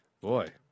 Boy